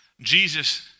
Jesus